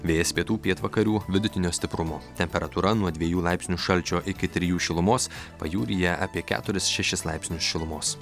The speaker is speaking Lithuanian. vėjas pietų pietvakarių vidutinio stiprumo temperatūra nuo dviejų laipsnių šalčio iki trijų šilumos pajūryje apie keturis šešis laipsnius šilumos